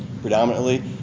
predominantly